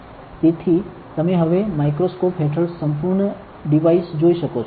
તેથી તમે હવે માઇક્રોસ્કોપ હેઠળ સંપુર્ણ ડિવાઇસ જોઈ શકો છો